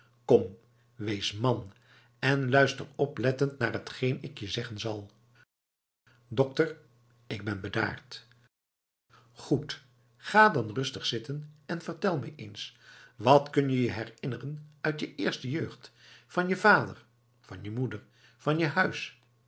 kom wees man en luister oplettend naar t geen ik je zeggen zal dokter ik ben bedaard goed ga dan rustig zitten en vertel mij eens wat kun je je herinneren uit je eerste jeugd van je vader van je moeder van je huis